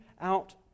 out